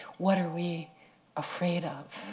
what are we afraid of?